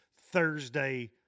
Thursday